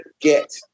get